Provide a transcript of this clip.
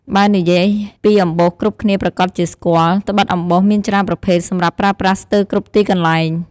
បើនិយាយពីអំបោសគ្រប់គ្នាប្រាកដជាស្គាល់ ត្បិតអំបោសមានច្រើនប្រភេទសម្រាប់ប្រើប្រាស់ស្ទើគ្រប់ទីកន្លែង ។